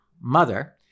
mother